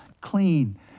clean